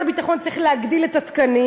הביטחון צריך להגדיל את מספר התקנים,